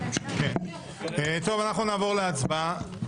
אנחנו נעבור להצבעה.